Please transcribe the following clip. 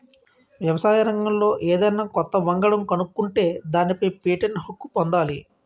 వ్యవసాయంలో ఏదన్నా కొత్త వంగడం కనుక్కుంటే దానిపై పేటెంట్ హక్కు పొందాలి